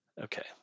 okay